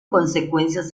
consecuencias